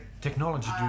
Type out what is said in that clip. technology